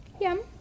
Yum